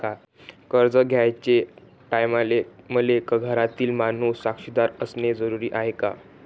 कर्ज घ्याचे टायमाले मले घरातील माणूस साक्षीदार असणे जरुरी हाय का?